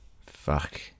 Fuck